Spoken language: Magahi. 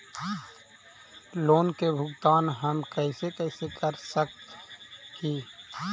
लोन के भुगतान हम कैसे कैसे कर सक हिय?